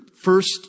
First